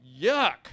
Yuck